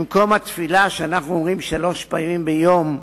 במקום התפילה שאנחנו אומרים שלוש פעמים ביום,